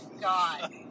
god